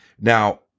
Now